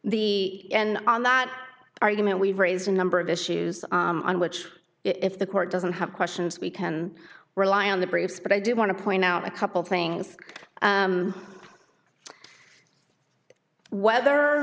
the and on that argument we've raised a number of issues on which if the court doesn't have questions we can rely on the briefs but i do want to point out a couple things whether